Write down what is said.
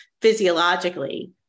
physiologically